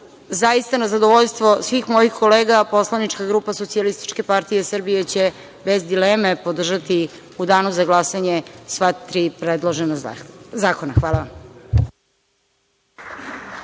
zaista na zadovoljstvo svih mojih kolega, poslanička grupa SPS će bez dileme podržati u danu za glasanje sva tri predložena zakona. Hvala vam.